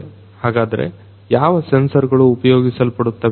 ಹಾಗಾದ್ರೆ ಯಾವ ಸೆನ್ಸರ್ಗಳು ಉಪಯೋಗಿಸಲ್ಪಡುತ್ತವೆ